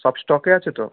সব স্টকে আছে তো